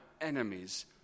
enemies